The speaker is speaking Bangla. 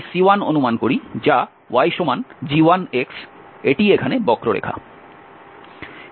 আমরা এই C1 অনুমান করি যা yg1 এটিই এখানে বক্ররেখা